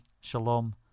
shalom